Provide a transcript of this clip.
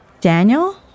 Daniel